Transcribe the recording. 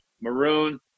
Maroon